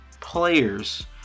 players